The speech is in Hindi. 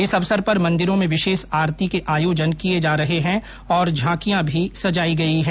इस अवसर पर मन्दिरो में विशेष आरती के आयोजन किए जा रहे है और झाांकियां भी सजाई गई है